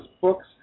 books